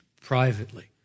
privately